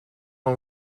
een